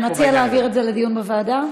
אתה מציע להעביר את זה לדיון בוועדה?